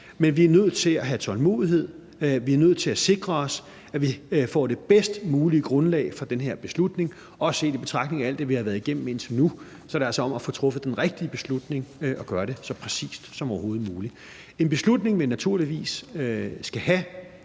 men vi nødt til at have tålmodighed. Vi er nødt til at sikre os, at vi får det bedst mulige grundlag for den her beslutning, og også set i betragtning af alt det, vi har været igennem indtil nu, er det altså om at få truffet den rigtige beslutning og gøre det så præcist som overhovedet muligt. En beslutning, vi naturligvis skal have